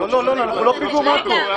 אנחנו לא פיגום אקרו.